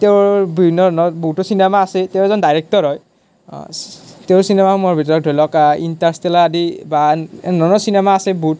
তেওঁৰ বিভিন্ন ধৰণৰ বহুতো চিনেমা আছে তেওঁ এজন ডাইৰেক্টৰ হয় অঁ তেওঁ চিনেমাসমূহৰ ভিতৰত ধৰি লওক ইন্টাৰষ্টেলাৰ আদি বা এনে ধৰণৰ চিনেমা আছে বহুত